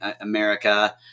America